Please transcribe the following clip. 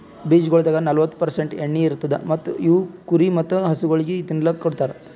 ಬೀಜಗೊಳ್ದಾಗ್ ನಲ್ವತ್ತು ಪರ್ಸೆಂಟ್ ಎಣ್ಣಿ ಇರತ್ತುದ್ ಮತ್ತ ಇವು ಕುರಿ ಮತ್ತ ಹಸುಗೊಳಿಗ್ ತಿನ್ನಲುಕ್ ಕೊಡ್ತಾರ್